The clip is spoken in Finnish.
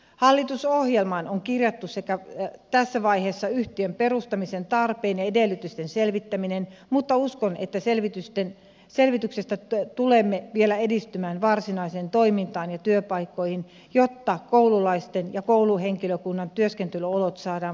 hallitusohjelmaan on kirjattu tässä vaiheessa yhtiön perustamisen tarpeen ja edellytysten selvittäminen mutta uskon että selvityksestä tulemme vielä edistymään varsinaiseen toimintaan ja työpaikkoihin jotta koululaisten ja kouluhenkilökunnan työskentelyolot saadaan asialliseen kuntoon